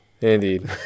Indeed